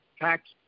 Tax